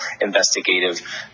investigative